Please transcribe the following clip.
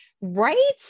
Right